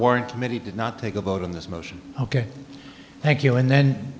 warren committee did not take a vote on this motion ok thank you and then